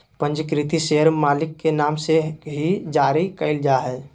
पंजीकृत शेयर मालिक के नाम से ही जारी क़इल जा हइ